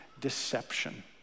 deception